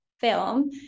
film